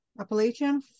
Appalachian